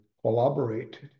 collaborate